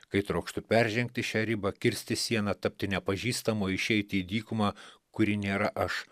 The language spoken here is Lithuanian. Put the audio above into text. kai trokštu peržengti šią ribą kirsti sieną tapti nepažįstamu išeiti į dykumą kuri nėra aš